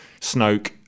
Snoke